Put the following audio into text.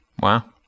Wow